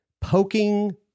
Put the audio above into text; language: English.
poking